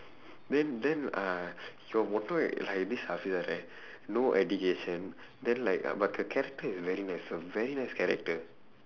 then then uh அவன் மட்டும்:avan matdum like this hafeezah right no education then like uh but her character is very nice a very nice character